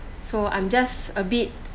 so I'm just a bit